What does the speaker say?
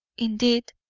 indeed,